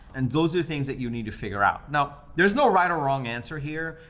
and those are the things that you need to figure out. now, there's no right or wrong answer here.